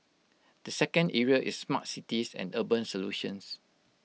the second area is smart cities and urban solutions